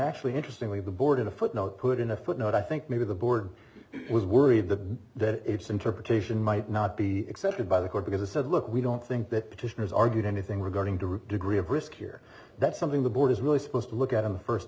actually interestingly the board in a footnote put in a footnote i think maybe the board was worried the that its interpretation might not be accepted by the court because it said look we don't think that petitioners argued anything regarding to rip degree of risk here that's something the board is really supposed to look at him first